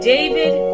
David